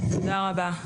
תודה רבה.